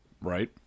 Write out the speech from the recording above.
Right